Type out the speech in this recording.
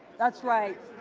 that's right.